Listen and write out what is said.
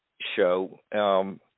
show